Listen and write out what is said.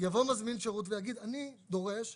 יבוא מזמין שירות ויגיד שהוא דורש שאתה,